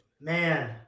man